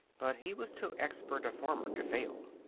but he was too expert a farmer to fail.